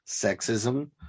sexism